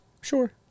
Sure